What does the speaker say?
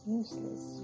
useless